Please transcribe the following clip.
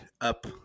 up